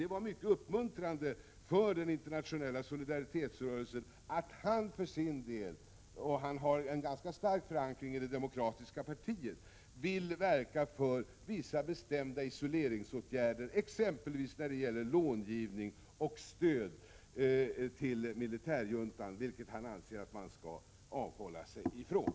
Det var mycket uppmuntrande för den internationella solidaritetsrörelsen att han för sin del — och han har ju en ganska stark förankring i det demokratiska partiet — vill verka för vissa bestämda isoleringsåtgärder, exempelvis när det gäller långivning och stöd till militärjuntan, något som han anser att man skall avhålla sig från.